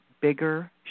bigger